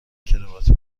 کراوات